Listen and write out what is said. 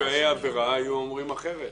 נפגעי העבירה היו אומרים אחרת.